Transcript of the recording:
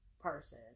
person